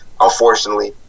unfortunately